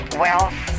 wealth